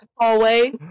Hallway